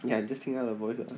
ya 你 just 听他的 voice ah